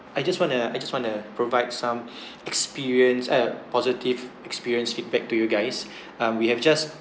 I just want to I just want to provide some experience uh positive experience feedback to you guys um we have just